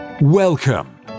Welcome